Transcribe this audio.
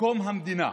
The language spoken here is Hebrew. שמקום המדינה